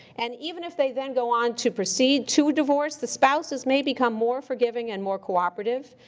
and even if they then go on to proceed to divorce, the spouses may become more forgiving and more cooperative.